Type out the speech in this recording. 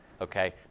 Okay